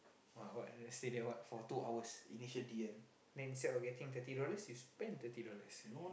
ah what stay there what for two hours then instead of getting thirty dollars you spend thirty dollars